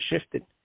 shifted